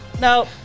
No